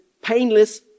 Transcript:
Painless